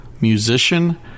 musician